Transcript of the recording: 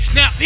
Now